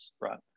right